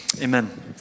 amen